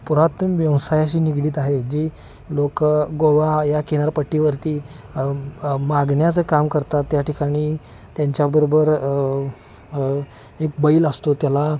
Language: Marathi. पुरातन व्यवसायाशी निगडित आहे जी लोक गोवा या किनारपट्टीवरती मागण्याचं काम करतात त्या ठिकाणी त्यांच्याबरोबर एक बैल असतो त्याला